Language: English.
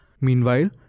Meanwhile